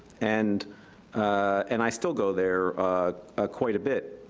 and and i still go there quite a bit.